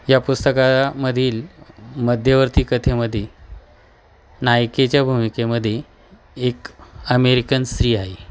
या पुस्तकामधील मध्यवर्ती कथेमध्ये नायिकेच्या भूमिकेमध्ये एक अमेरिकन स्त्री आहे